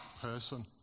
person